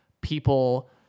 people